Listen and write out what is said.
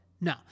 No